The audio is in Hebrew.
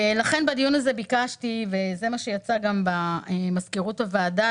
לכן בדיון הזה ביקשתי וזה גם מה שיצא במזכירות הוועדה